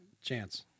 chance